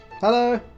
Hello